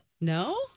No